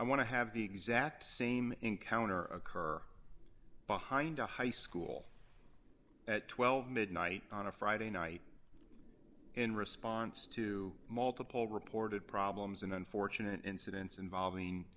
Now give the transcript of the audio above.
i want to have the exact same encounter occur behind a high school at twelve midnight on a friday night in response to multiple reported problems in unfortunate incidents involving